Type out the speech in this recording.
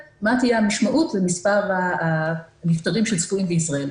מה תהיה המשמעות למספר הנפטרים שצפויים בישראל.